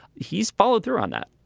he's followed through on that.